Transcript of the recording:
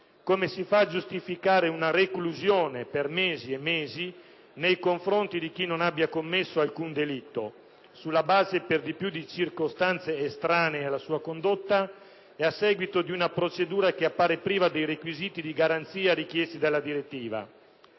Come si fa a giustificare una reclusione per mesi e mesi nei confronti di chi non abbia commesso nessun delitto, sulla base, per di più, di circostanze estranee alla sua condotta e a seguito di una procedura che appare priva dei requisiti di garanzia richiesti dalla direttiva?